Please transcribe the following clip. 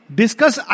discuss